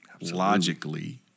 logically